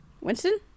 Winston